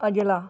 ਅਗਲਾ